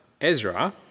Ezra